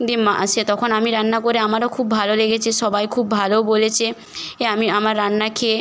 মা সে তখন আমি রান্না করি আমারও খুব ভালো লেগেছে সবাই খুব ভালো বলেছে এ আমি আমার রান্না খেয়ে